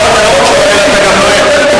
אתה עוסק פה בהסתה, זה מה שאתה עושה.